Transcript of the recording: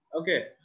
Okay